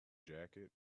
jacket